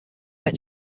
met